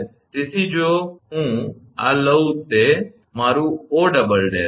તેથી જો હું આ લઉં તે મારું 𝑂 છે